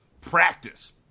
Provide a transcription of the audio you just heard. Practice